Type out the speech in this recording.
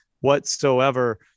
whatsoever